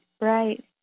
right